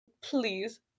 Please